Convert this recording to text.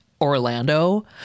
Orlando